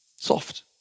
Soft